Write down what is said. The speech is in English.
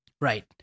Right